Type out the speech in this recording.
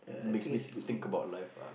it makes me think about life lah